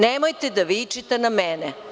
Nemojte da vičete na mene.